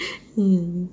mm